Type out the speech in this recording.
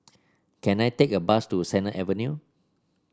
can I take a bus to Sennett Avenue